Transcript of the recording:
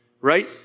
right